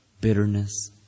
Bitterness